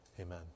Amen